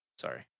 Sorry